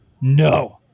No